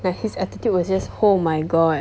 like his attitude was just oh my god